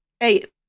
eight